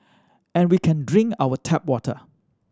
and we can drink our tap water